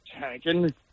tanking